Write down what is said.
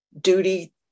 duty